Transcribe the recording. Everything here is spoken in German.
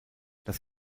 das